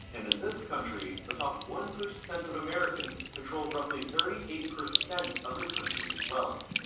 and in this country the top one percent of americans controlled roughly thirty eight percent of the country's wealth.